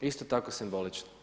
Isto tako simbolično.